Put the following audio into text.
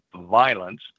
violence